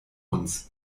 uns